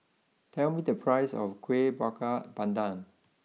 tell me the price of Kuih Bakar Pandan